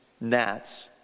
gnats